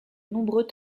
nombreux